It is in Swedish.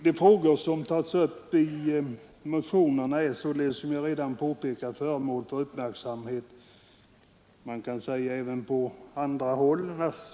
De frågor som tas upp i motionerna är således, som jag redan påpekat, föremål för uppmärksamhet även på andra håll.